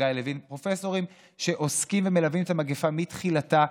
חגי לוין פרופסורים שעוסקים ומלווים את המגפה מתחילתה,